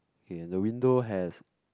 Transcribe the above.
K the window has